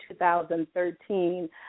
2013